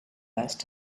last